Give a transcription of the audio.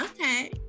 okay